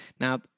Now